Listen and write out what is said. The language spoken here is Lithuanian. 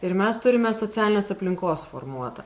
ir mes turime socialinės aplinkos formuotą